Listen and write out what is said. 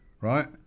Right